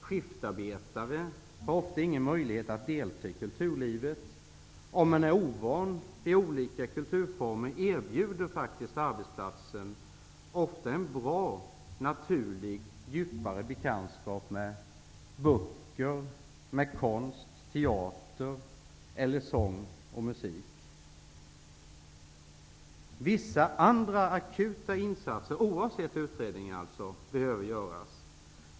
Skiftarbetare har ofta ingen möjlighet att delta i kulturlivet. Om man är ovan vid olika kulturformer, erbjuder arbetsplatsen ofta en bra, naturlig och djupare bekantskap med böcker, konst, teater eller sång och musik. Vissa andra akuta insatser, oavsett utredningen, behöver göras.